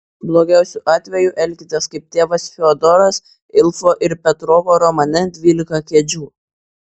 blogiausiu atveju elkitės kaip tėvas fiodoras ilfo ir petrovo romane dvylika kėdžių